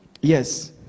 Yes